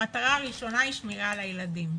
המטרה הראשונה היא שמירה על הילדים.